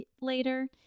later